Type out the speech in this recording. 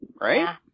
right